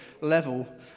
level